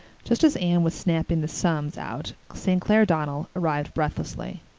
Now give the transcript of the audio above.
just as anne was snapping the sums out st. clair donnell arrived breathlessly.